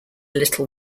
little